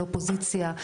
על אופוזיציה,